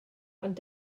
ond